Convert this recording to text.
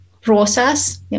process